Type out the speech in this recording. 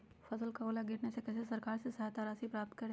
फसल का ओला गिरने से कैसे सरकार से सहायता राशि प्राप्त करें?